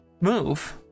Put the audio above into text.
move